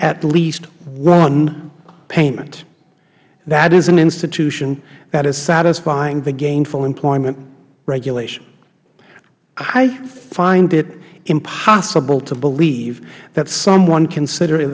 at least one payment that is an institution that is satisfying the gainful employment regulation i find it impossible to believe that someone can consider